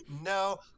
no